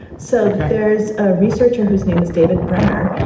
so there's a researcher whose name is david brenner,